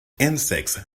insects